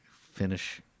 finish